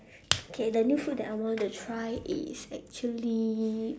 K the new food that I want to try is actually